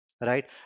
Right